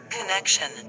Connection